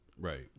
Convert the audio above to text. Right